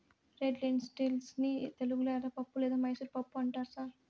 red lentils ని తెలుగులో ఎర్రపప్పు లేదా మైసూర్ పప్పు అంటారు సార్